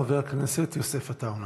חבר הכנסת יוסף עטאונה,